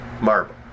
marble